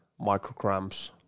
micrograms